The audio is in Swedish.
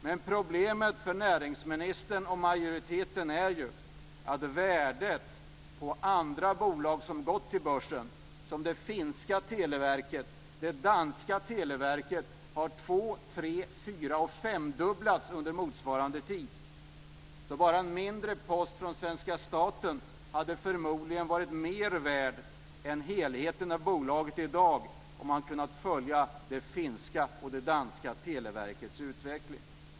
Men problemet för näringsministern och majoriteten är ju att värdet på bolag som har gått till börsen, som det finska televerket och det danska televerket, har två-, tre-, fyra eller femdubblats under motsvarande tid. Bara en mindre post för svenska staten hade förmodligen varit mer värd än bolaget i dess helhet i dag, om det hade kunnat följa det finska och det danska televerkets utveckling.